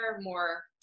more